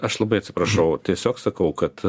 aš labai atsiprašau tiesiog sakau kad